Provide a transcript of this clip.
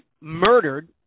murdered